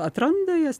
atranda jas